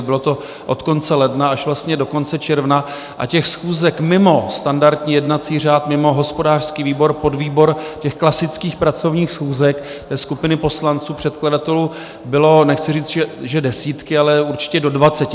Bylo to od konce ledna až vlastně do konce června a těch schůzek mimo standardní jednací řád, mimo hospodářský výbor, podvýbor, těch klasických pracovních schůzek skupiny poslanců předkladatelů byly nechci říci desítky, ale určitě do dvaceti.